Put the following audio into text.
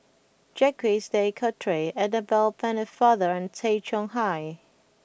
Jacques De Coutre Annabel Pennefather and Tay Chong Hai